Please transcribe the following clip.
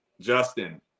Justin